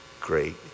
great